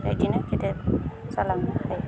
बिबादिनो गिदिर जालांनो हायो